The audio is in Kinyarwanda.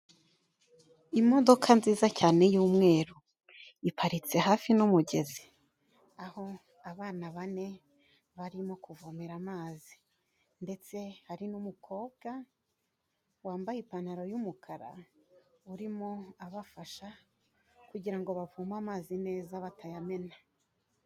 Imodoka nziza cyane y'umweru. Iparitse hafi n'umugezi. Aho abana bane barimo kuvomera amazi. Ndetse hari n'umukobwa wambaye ipantaro y'umukara, urimo abafasha kugira ngo bavome amazi neza batayamena.